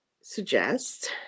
suggest